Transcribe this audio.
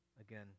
Again